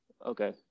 Okay